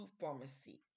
pharmacy